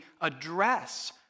address